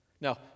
Now